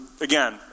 Again